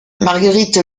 marguerite